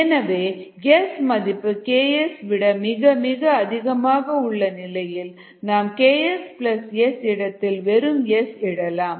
எனவே S மதிப்பு Ks விட மிக மிக அதிகமாக உள்ள நிலையில் நாம் Ks S இடத்தில் வெறும் S இடலாம்